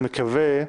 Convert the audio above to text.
אני מקווה,